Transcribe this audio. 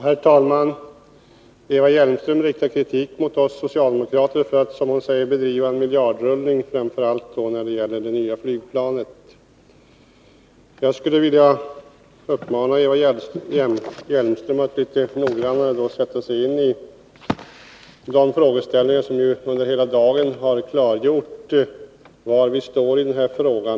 Herr talman! Eva Hjelmström riktar kritik mot oss socialdemokrater för att, som hon säger, bedriva miljardrullning, framför allt när det gäller det nya flygplanet. Jag skulle vilja uppmana Eva Hjelmström att litet nogrannare sätta sig in i de frågeställningar som under hela dagen har redovisats och som har klargjort var vi står i den här frågan.